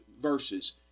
verses